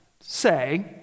say